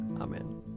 Amen